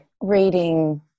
reading